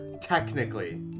technically